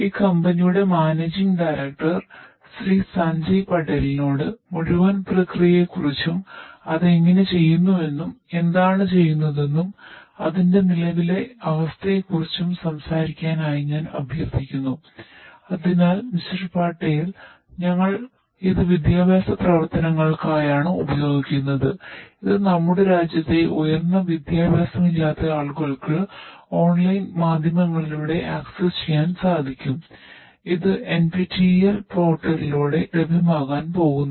ഈ കമ്പനിയുടെ ലഭ്യമാക്കാൻ പോകുന്നു